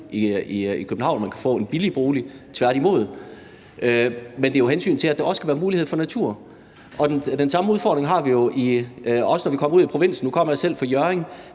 i København og få en billig bolig – tværtimod – men det er jo hensynet til, at der også skal være mulighed for natur. Den samme udfordring har vi jo også ude i provinsen. Nu kommer jeg selv fra Hjørring,